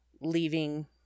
leaving